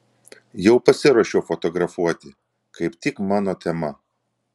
jau pasiruošiau fotografuoti kaip tik mano tema